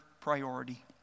priority